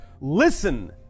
listen